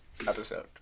episode